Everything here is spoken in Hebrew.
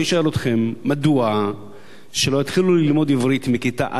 אני שואל אתכם: מדוע שלא יתחילו ללמוד עברית בכיתה א'?